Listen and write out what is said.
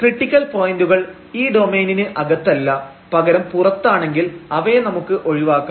critical പോയന്റുകൾ ഈ ഡൊമെയ്നിന് അകത്തല്ല പകരം പുറത്താണെങ്കിൽ അവയെ നമുക്ക് ഒഴിവാക്കാം